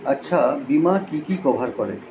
আচ্ছা বীমা কি কি কভার করে